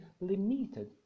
limited